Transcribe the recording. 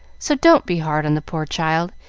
so don't be hard on the poor child.